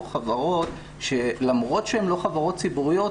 חברות שלמרות שהן לא חברות ציבוריות,